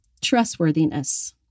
Trustworthiness